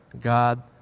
God